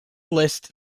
list